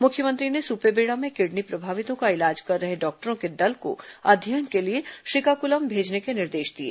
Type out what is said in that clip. मुख्यमंत्री ने सुपेबेड़ा में किडनी प्रभावितों का इलाज कर रहे डॉक्टरों के दल को अध्ययन के लिए श्रीकाकुलम भेजने के निर्देश दिए